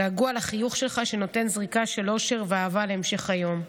געגוע לחיוך שלך שנותן זריקה של אושר ואהבה להמשך היום,